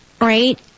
right